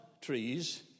trees